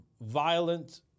violent